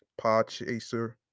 Podchaser